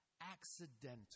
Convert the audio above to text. accidental